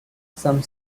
some